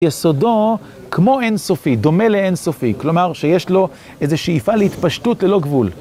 יסודו כמו אינסופי, דומה לאינסופי, כלומר שיש לו איזה שאיפה להתפשטות ללא גבול.